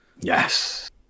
yes